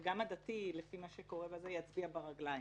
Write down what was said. וגם הדתי, לפי מה שקורה, יצביע ברגלים.